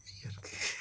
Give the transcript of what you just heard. এই আর কী